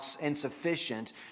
insufficient